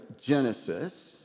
Genesis